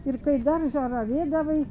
ir kai daržą ravėdavai